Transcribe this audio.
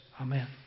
Amen